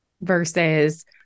versus